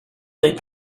they